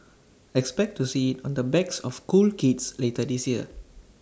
expect to see IT on the backs of cool kids later this year